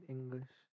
English